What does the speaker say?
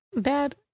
Dad